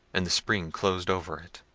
and the spring closed over it.